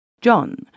John